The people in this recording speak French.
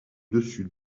dessus